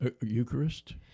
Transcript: Eucharist